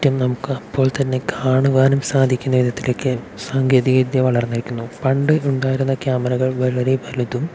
മറ്റും നമുക്ക് അപ്പോൾ തന്നെ കാണുവാനും സാധിക്കുന്ന വിധത്തിലേക്ക് സാങ്കേതിക വിദ്യ വളർന്നിരിക്കുന്നു പണ്ട് ഉണ്ടായിരുന്ന ക്യാമറകൾ വളരെ വലുതും